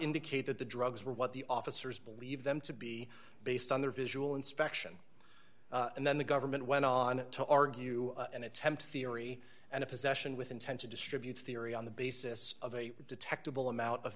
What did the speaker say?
indicate that the drugs were what the officers believed them to be based on their visual inspection and then the government went on to argue an attempt theory and a possession with intent to distribute theory on the basis of a detectable amount of